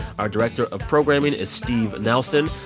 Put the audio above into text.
our director of programming is steve nelson.